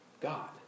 God